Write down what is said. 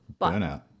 burnout